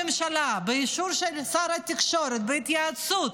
ראש הממשלה, באישור של שר התקשורת, בהתייעצות,